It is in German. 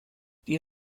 die